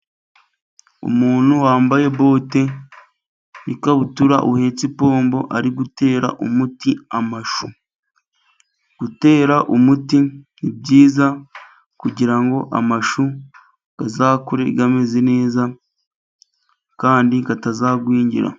Umuntu wambaye bote n'ikabutura, uhetse ipombo, ari gutera umuti amashu. Gutera umuti ni byiza kugira ngo amashu azakure ameze neza, kandi atazagwingira.